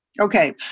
Okay